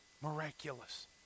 miraculous